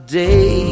day